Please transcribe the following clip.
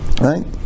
Right